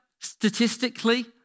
statistically